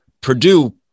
Purdue